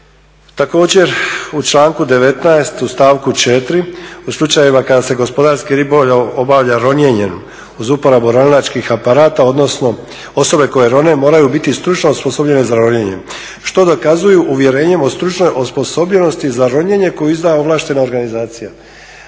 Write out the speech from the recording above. Također u članku 19.u stavku 4.u slučajevima kada se gospodarski ribolov obavlja ronjenjem uz uporabu ronilačkih aparata odnosno osobe koje rone moraju biti stručno osposobljene za ronjenje, što dokazuju uvjerenjem o stručnoj osposobljenosti za ronjenje koju je izdala ovlaštena organizacija.